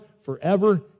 forever